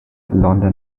london